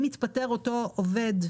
אם התפטר אותו עובד